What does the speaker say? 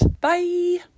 bye